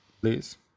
Please